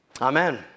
Amen